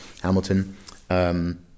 Hamilton